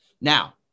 Now